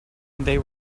they